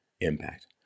impact